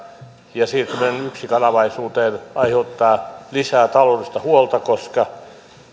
ja siirtyminen yksikanavaisuuteen aiheuttaa lisää taloudellista huolta koska